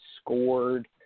scored